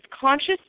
conscious